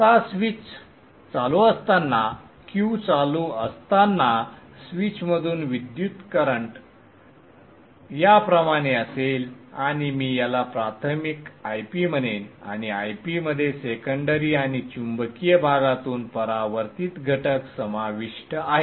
आता स्विच चालू असताना Q चालू असताना स्विचमधून विद्युत करंट याप्रमाणे असेल आणि मी याला प्राथमिक Ip म्हणेन आणि Ip मध्ये सेकंडरी आणि चुंबकीय भागातून परावर्तित घटक समाविष्ट आहेत